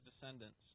descendants